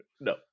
No